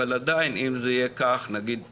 אבל עדיין אם זה יהיה כך, נגיד תודה,